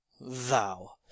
Thou